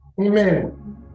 amen